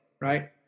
right